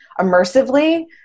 immersively